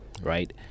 right